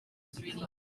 finish